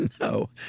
No